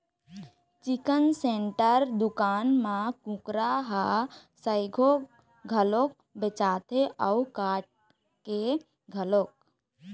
chicken centre दुकान म कुकरा ह सइघो घलोक बेचाथे अउ काट के घलोक